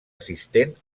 assistent